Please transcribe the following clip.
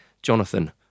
Jonathan